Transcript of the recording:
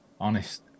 Honest